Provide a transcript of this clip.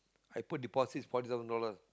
I put deposit forty thousand dollars